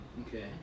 Okay